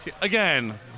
again